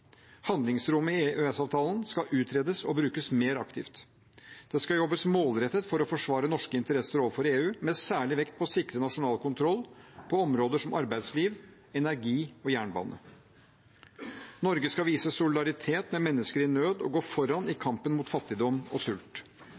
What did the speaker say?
skal utredes og brukes mer aktivt. Det skal jobbes målrettet for å forsvare norske interesser overfor EU, med særlig vekt på å sikre nasjonal kontroll på områder som arbeidsliv, energi og jernbane. Norge skal vise solidaritet med mennesker i nød og gå foran i kampen mot fattigdom og sult.